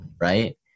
right